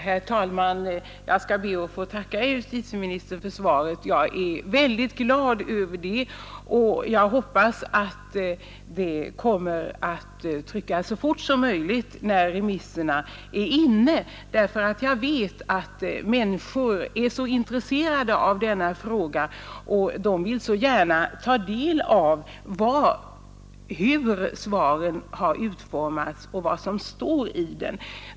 Herr talman! Jag ber att få tacka justitieministern för svaret. Jag är väldigt glad över det, och jag hoppas att remissyttrandena kommer att tryckas så fort som möjligt när de är inne. Jag vet nämligen att människor är så intresserade av denna fråga och så gärna vill ta del av hur svaren har utformats och vad som står i dem.